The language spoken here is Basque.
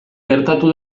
gertatu